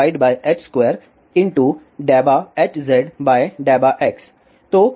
तो अगर Ey 0 तो Hz∂x0